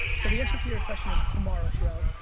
so the answer to your question is tomorrow, sherelle.